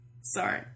Sorry